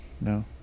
no